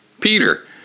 Peter